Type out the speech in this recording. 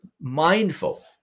mindful